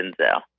Denzel